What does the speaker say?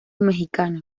mexicano